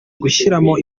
gushyiramo